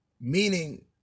Meaning